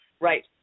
Right